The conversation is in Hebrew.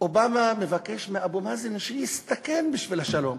אובמה מבקש מאבו מאזן שיסתכן בשביל השלום.